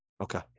Okay